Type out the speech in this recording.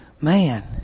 man